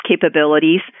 capabilities